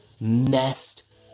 messed